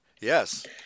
Yes